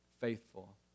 faithful